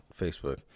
Facebook